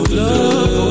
love